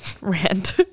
rant